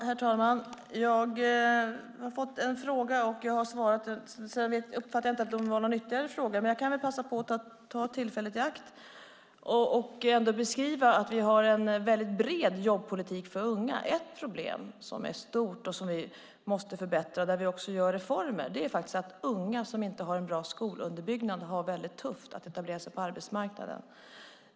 Herr talman! Jag har fått en fråga och svarat på den. Sedan uppfattade jag inte att det var någon ytterligare fråga, men jag kan väl passa på att ta tillfället i akt och beskriva att vi har en väldigt bred jobbpolitik för unga. Ett problem som är stort, som vi måste förbättra och där vi också gör reformer är att unga som inte har en bra skolunderbyggnad har det väldigt tufft att etablera sig på arbetsmarknaden.